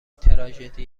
تراژدی